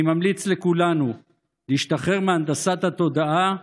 אני ממליץ לכולנו להשתחרר מהנדסת התודעה,